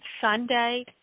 Sunday